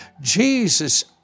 Jesus